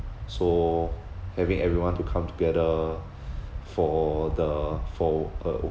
so having everyone to come together for the for a